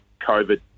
COVID